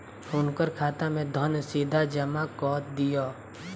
हुनकर खाता में धन सीधा जमा कअ दिअ